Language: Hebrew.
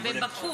בבאקו.